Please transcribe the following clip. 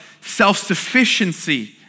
self-sufficiency